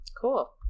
cool